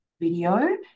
video